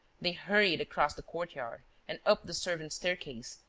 they hurried across the courtyard and up the servants' staircase,